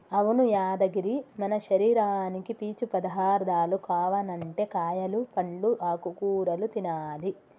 అవును యాదగిరి మన శరీరానికి పీచు పదార్థాలు కావనంటే కాయలు పండ్లు ఆకుకూరలు తినాలి